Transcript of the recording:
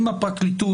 עם הפרקליטות,